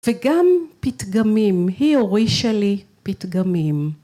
וגם פתגמים, היא הורישה לי פתגמים.